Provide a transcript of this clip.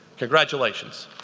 congratulations.